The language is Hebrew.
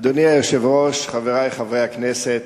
אדוני היושב-ראש, חברי חברי הכנסת,